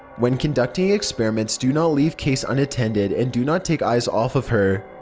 when conducting experiments do not leave case unattended and do not take eyes off of her.